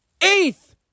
Eighth